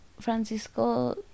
Francisco